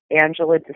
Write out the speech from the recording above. Angela